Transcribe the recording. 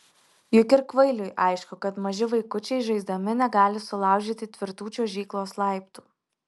juk ir kvailiui aišku kad maži vaikučiai žaisdami negali sulaužyti tvirtų čiuožyklos laiptų